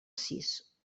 sis